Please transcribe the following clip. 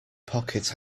pocket